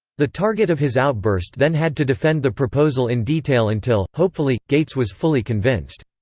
the target of his outburst then had to defend the proposal in detail until, hopefully, gates was fully convinced.